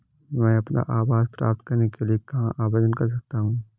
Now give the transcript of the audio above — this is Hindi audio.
मैं अपना आवास प्राप्त करने के लिए कहाँ आवेदन कर सकता हूँ?